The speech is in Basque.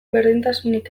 berdintasunik